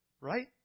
right